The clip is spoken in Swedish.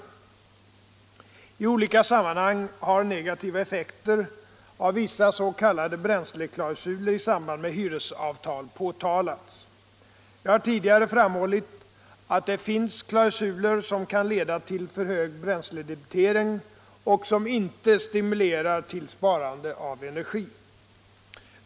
I olika sammanhang har negativa effekter av vissa s.k. bränsleklausuler i samband med hyresavtal påtalats. Jag har tidigare framhållit att det finns klausuler som kan leda till för hög bränsledebitering och som inte stimulerar till sparande av energi.